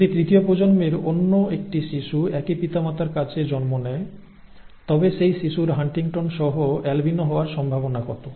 যদি তৃতীয় প্রজন্মের অন্য একটি শিশু একই পিতা মাতার কাছে জন্ম নেয় তবে সেই শিশু হান্টিংটনসহ অ্যালবিনো হওয়ার সম্ভাবনা কত